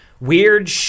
weird